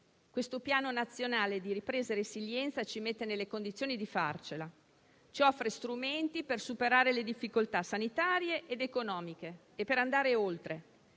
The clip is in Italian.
questo Piano nazionale di ripresa e resilienza ci mette nelle condizioni di farcela, ci offre strumenti per superare le difficoltà sanitarie ed economiche e per andare oltre,